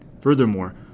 Furthermore